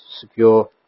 secure